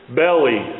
belly